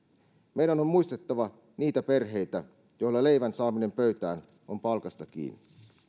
meidän on muistettava niitä perheitä joilla leivän saaminen pöytään on palkasta kiinni